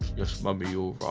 yes. mummy you're right